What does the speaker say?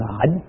God